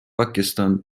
пакистан